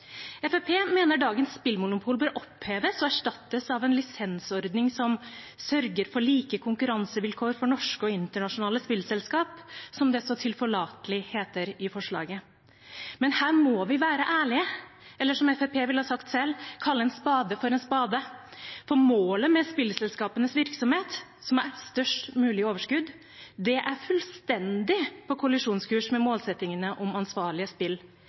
mener dagens spillmonopol bør oppheves og erstattes av en lisensordning «som sørger for like konkurransevilkår for norske og internasjonale spillselskap», som det så tilforlatelig heter i forslaget. Men her må vi være ærlige – eller som Fremskrittspartiet ville ha sagt selv: kalle en spade for en spade. For målet med spillselskapenes virksomhet, som er størst mulig overskudd, er fullstendig på kollisjonskurs med målsettingen om ansvarlige spill,